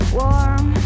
warm